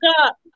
up